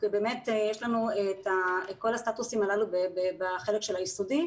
יש לנו את כל הסטטוסים הללו בחלק של היסודי.